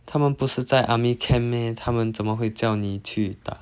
他们不是在 army camp meh 他们怎么会叫你去打